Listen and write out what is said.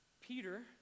Peter